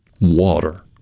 water